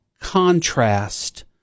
contrast